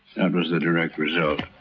and was the direct result.